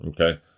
Okay